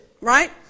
right